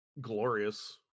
glorious